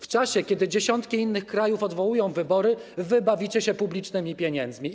W czasie, kiedy dziesiątki innych krajów odwołują wybory, bawicie się publicznymi pieniędzmi.